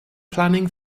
planning